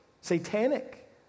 satanic